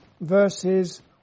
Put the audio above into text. verses